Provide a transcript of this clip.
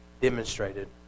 demonstrated